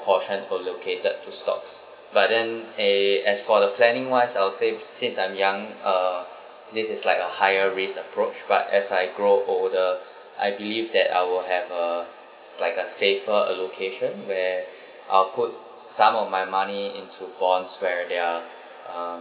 portions were located to stocks but then eh as for the planning wise I'll say p~ since I'm young uh this is like a higher risk approach but as I grow older I believe that I will have uh like a safer allocation where I'll put some of my money into bonds where they are uh